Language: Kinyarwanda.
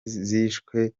zishwe